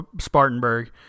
Spartanburg